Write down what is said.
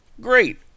great